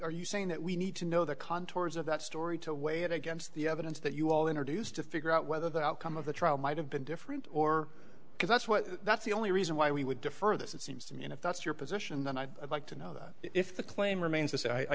are you saying that we need to know the contours of that story to weigh it against the evidence that you all introduce to figure out whether the outcome of the trial might have been different or because that's what that's the only reason why we would defer this it seems to me and if that's your position then i'd like to know that if the claim remains the same i